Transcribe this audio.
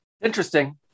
Interesting